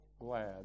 glad